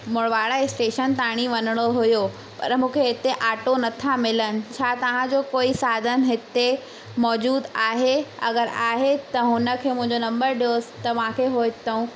Murwara station ताईं वञिणो हुओ पर मूंखे हिते आटो नथा मिलनि छा तव्हांजो कोई साधन हिते मौजूदु आहे अगरि आहे त हुन खे मुंहिंजो नंबर ॾियोसि त मांखे उहो हितां